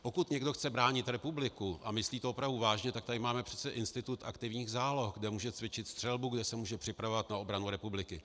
Pokud chce někdo bránit republiku a myslí to opravdu vážně, tak tady máme přece institut aktivních záloh, kde může cvičit střelbu, kde se může připravovat na obranu republiky.